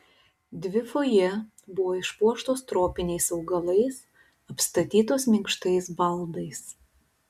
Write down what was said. dvi fojė buvo išpuoštos tropiniais augalais apstatytos minkštais baldais